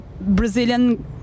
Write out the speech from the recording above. Brazilian